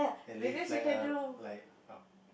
and live like err like um